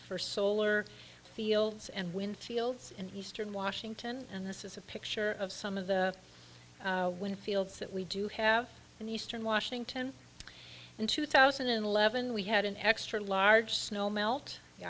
for solar fields and wind fields in eastern washington and this is a picture of some of the wind fields that we do have in the eastern washington in two thousand and eleven we had an extra large snow melt the